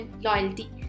loyalty